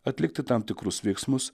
atlikti tam tikrus veiksmus